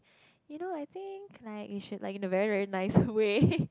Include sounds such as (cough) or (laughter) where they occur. you know I think like you should like in a very very nice way (laughs)